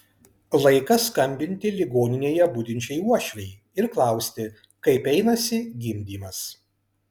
laikas skambinti ligoninėje budinčiai uošvei ir klausti kaip einasi gimdymas